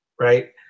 right